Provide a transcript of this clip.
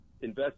invest